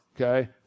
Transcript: okay